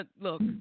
Look